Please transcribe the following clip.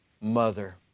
mother